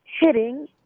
hitting